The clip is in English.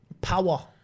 Power